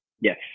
Yes